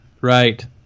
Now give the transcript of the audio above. right